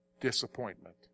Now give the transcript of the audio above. disappointment